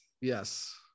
Yes